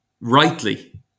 rightly